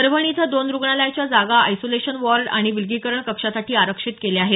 परभणी इथं दोन रुग्णालयाच्या जागा आयसोलेशन वॉर्ड आणि विलगीकरण कक्षासाठी आरक्षित केल्या आहेत